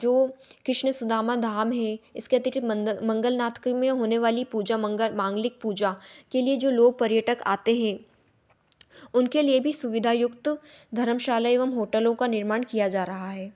जो कृष्ण सुदामा धाम है इसके अतिरिक्त मंगल मंगलनाथ के में होने वाली पूजा मंगर मांगलिक पूजा के लिए जो लोग पर्यटक आते हैं उनके लिए भी सुविधा युक्त धर्मशाला एवम होटलों का निर्माण किया जा रहा है